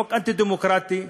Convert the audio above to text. חוק אנטי-דמוקרטי,